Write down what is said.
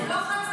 זה לא חד-צדדי.